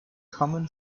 common